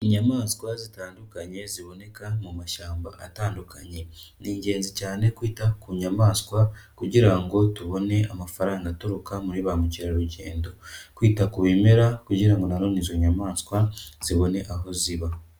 Inyamaswa zitandukanye ziboneka mu mashyamba atandukanye, ni ingenzi cyane kwita ku nyamaswa kugira ngo tubone amafaranga aturuka muri ba mukerarugendo. Kwita ku bimera kugira ngo nanone izo nyamaswa zibone aho ziba.